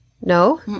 No